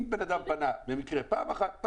אם בן אדם פנה במקרה פעם אחת,